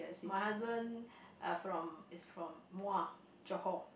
my husband uh from is from Muar Johor